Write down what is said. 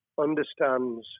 understands